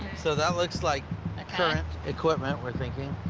so that looks like ah current equipment, we're thinking.